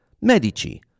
Medici